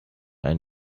ein